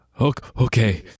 Okay